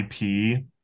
IP